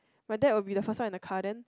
my dad will be the first one in the car then